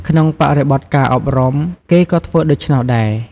ក្នុងបរិបទការអប់រំ គេក៏ធ្វើដូច្នោះដែរ។